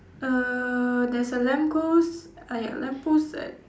err there's a lamp post uh ya lamp post at